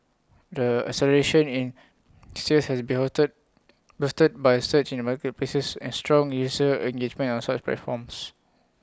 the acceleration in sales has boosted by surge in marketplaces and strong user engagement on such platforms